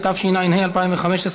התשע"ה 2015,